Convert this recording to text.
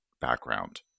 background